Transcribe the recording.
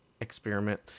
experiment